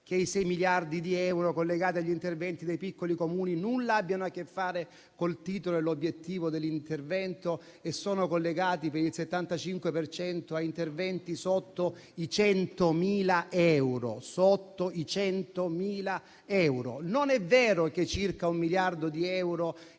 che i sei miliardi di euro collegati agli interventi dei piccoli Comuni nulla abbiano a che fare col titolo e l'obiettivo dell'intervento e sono collegati per il 75 per cento a interventi sotto i 100.000 euro, o che non è vero che circa un miliardo di euro,